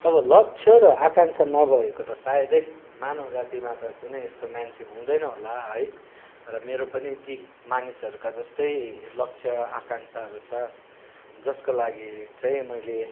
अब लक्ष्य र आकाङ्क्षा नभएको त सायदै मानव जातिमा त कुनै यस्तो मान्छे हुँदैन होला है र मेरो पनि ति मानिसहरूका जस्तै लक्ष्य आकाङ्क्षाहरू छ जसको लागि चाहिँ मैले